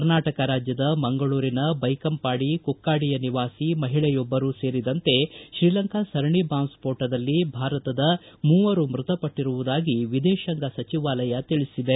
ಕರ್ನಾಟಕ ರಾಜ್ಯದ ಮಂಗಳೂರಿನ ಬೈಕಂಪಾಡಿಯ ಕುಕ್ಕಾಡಿಯ ನಿವಾಸಿಮಹಿಳೆಯೊಬ್ಬರು ಸೇರಿದಂತೆ ತ್ರೀಲಂಕಾ ಸರಣಿ ಬಾಂಬ್ ಸ್ಕೋಟದಲ್ಲಿ ಭಾರತದ ಮೂವರು ಮೃತಪಟ್ಟರುವುದಾಗಿ ವಿದೇಶಾಂಗ ಸಚಿವಾಲಯ ತಿಳಿಸಿದೆ